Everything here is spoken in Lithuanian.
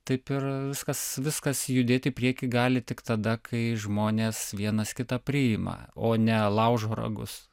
taip ir viskas viskas judėti į priekį gali tik tada kai žmonės vienas kitą priima o ne laužo ragus